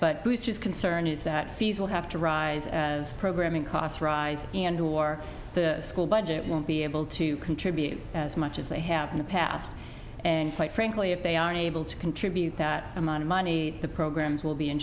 his concern is that fees will have to rise as programming costs rise and or the school budget won't be able to contribute as much as they have in the past and quite frankly if they aren't able to contribute that amount of money the programs will be in